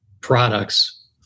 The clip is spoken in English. products